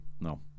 No